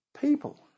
people